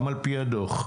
גם עפ"י הדו"ח.